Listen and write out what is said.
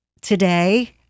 today